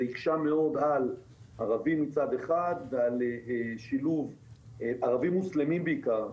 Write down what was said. זה הקשה מאוד על ערבים מצד אחד ערבים מוסלמים בעיקר,